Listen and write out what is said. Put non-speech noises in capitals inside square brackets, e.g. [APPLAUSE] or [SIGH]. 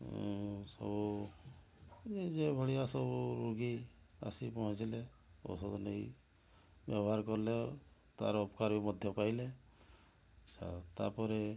ସବୁ ଯେଭଳିଆ ସବୁ ରୋଗୀ ଆସିକି ପହଞ୍ଚିଲେ ଔଷଧ ନେଇ ବ୍ୟବହାର କଲେ ତା'ର ଉପକାର ବି ମଧ୍ୟ ପାଇଲେ [UNINTELLIGIBLE] ତା'ପରେ